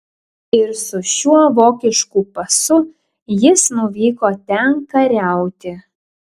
ir su šiuo vokišku pasu jis nuvyko ten kariauti